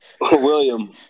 William